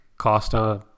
Costa